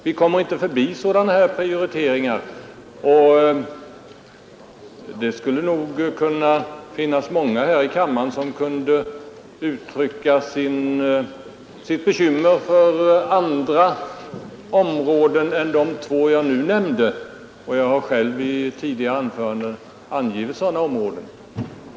Vi kommer inte förbi prioriteringar, och det finns nog många här i kammaren som kunde uttrycka sina bekymmer för andra områden än de två som jag nu har nämnt. Jag har själv i tidigare anföranden angivit sådana områden.